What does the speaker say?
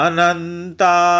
Ananta